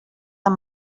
amb